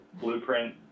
Blueprint